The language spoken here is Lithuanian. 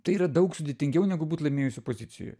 tai yra daug sudėtingiau negu būt laimėjusiu pozicijoj